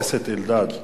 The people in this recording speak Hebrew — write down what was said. חבר הכנסת אלדד,